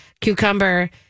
cucumber